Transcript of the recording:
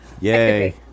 Yay